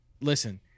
Listen